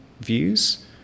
views